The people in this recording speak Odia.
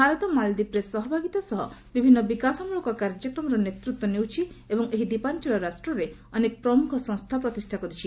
ଭାରତ ମାଳଦୀପରେ ସହଭାଗିତା ସହ ବିଭିନ୍ନ ବିକାଶମୂଳକ କାର୍ଯ୍ୟକ୍ରମର ନେତୃତ୍ୱ ନେଉଛି ଏବଂ ଏହି ଦ୍ୱୀପାଞ୍ଚଳ ରାଷ୍ଟ୍ରରେ ଅନେକ ପ୍ରମୁଖ ସଫସ୍ଥା ପ୍ରତିଷ୍ଠା କରିଛି